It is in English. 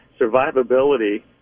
survivability